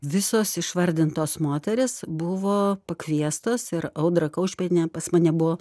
visos išvardintos moterys buvo pakviestos ir audra kaušpėdienė pas mane buvo